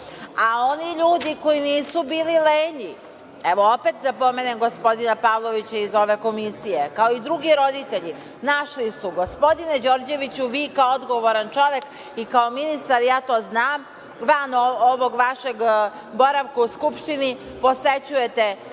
A oni ljudi koji nisu bili lenji, opet da pomenem gospodina Pavlovića iz ove komisije, kao i drugi roditelji, našli su. Gospodine Đorđeviću, vi kao odgovoran čovek i kao ministar, ja to znam, van ovog vašeg boravka u Skupštini, posećujete